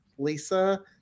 Lisa